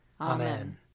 Amen